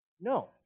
No